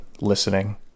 listening